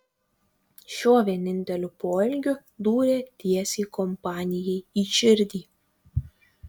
šiuo vieninteliu poelgiu dūrė tiesiai kompanijai į širdį